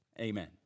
amen